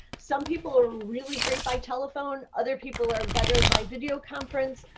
some people are really great by telephone. other people are better by video conference.